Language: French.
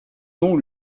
nom